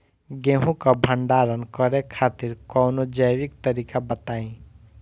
गेहूँ क भंडारण करे खातिर कवनो जैविक तरीका बताईं?